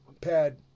pad